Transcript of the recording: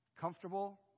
Comfortable